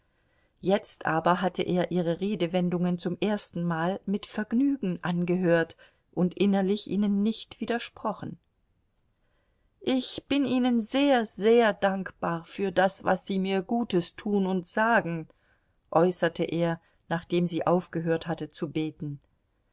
jetzt aber hatte er ihre redewendungen zum erstenmal mit vergnügen angehört und innerlich ihnen nicht widersprochen ich bin ihnen sehr sehr dankbar für das was sie mir gutes tun und sagen äußerte er nachdem sie aufgehört hatte zu beten